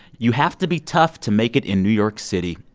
you have to be tough to make it in new york city.